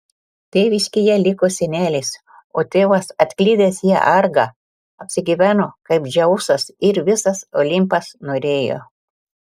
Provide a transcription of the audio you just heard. tėviškėje liko senelis o tėvas atklydęs į argą apsigyveno kaip dzeusas ir visas olimpas norėjo